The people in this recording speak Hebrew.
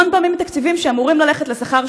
המון פעמים תקציבים שאמורים ללכת לשכר